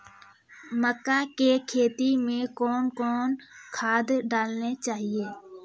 मक्का के खेती मे कौन कौन खाद डालने चाहिए?